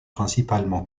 principalement